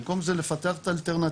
במקום זה לפתח את האלטרנטיבות,.